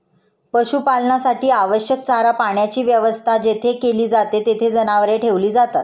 पशुपालनासाठी आवश्यक चारा पाण्याची व्यवस्था जेथे केली जाते, तेथे जनावरे ठेवली जातात